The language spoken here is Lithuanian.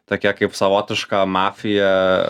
tokia kaip savotiška mafija